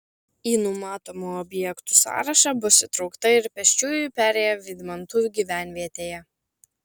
į numatomų objektų sąrašą bus įtraukta ir pėsčiųjų perėja vydmantų gyvenvietėje